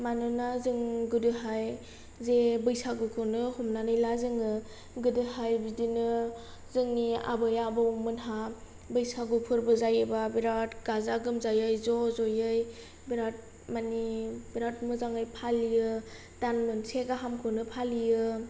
मानोना जों गोदोहाय जे बैसागुखौनो हमनानै ला जोङो गोदोहाय बिदिनो जोंनि आबै आबौमोनहा बैसागु फोरबो जायोबा बिराथ गाजा गोमजायै ज' ज'यै बिराथ मोजाङै फालियो दान मोनसे गाहामखौनो फालियो